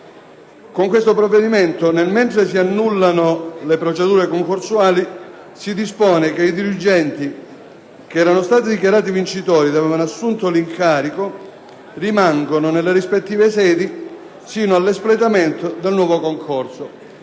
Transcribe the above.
Con il provvedimento al nostro esame, mentre si annullano le procedure concorsuali, si dispone che i dirigenti che erano stati dichiarati vincitori e che avevano assunto l'incarico rimangano nelle rispettive sedi sino all'espletamento del nuovo concorso,